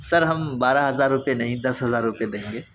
سر ہم بارہ ہزار روپے نہیں دس ہزار روپے دیں گے